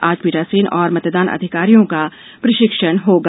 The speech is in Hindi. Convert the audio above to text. आज पीठासीन और मतदान अधिकारियों का प्रशिक्षण होगा